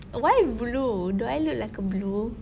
why blue do I look like a blue